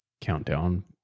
countdown